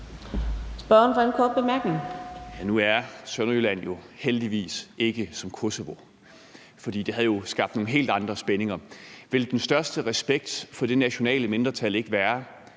Kl. 10:41 Peter Kofod (DF): Nu er Sønderjylland jo heldigvis ikke som Kosovo, for det havde jo skabt nogle helt andre spændinger. Ville den største respekt for det nationale mindretal ikke være